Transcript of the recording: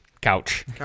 Couch